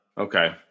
Okay